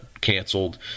canceled